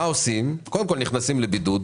קודם כל נכנסים לבידוד,